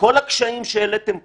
וכל הקשיים שהעליתם פה,